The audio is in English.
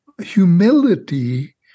humility—